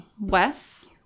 Wes